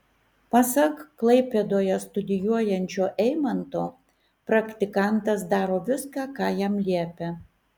pasak klaipėdoje studijuojančio eimanto praktikantas daro viską ką jam liepia